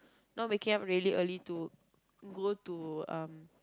not waking up really early to go to um